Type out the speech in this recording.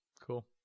Cool